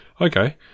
Okay